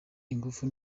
ingufu